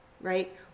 right